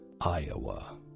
Iowa